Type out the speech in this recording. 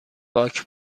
باک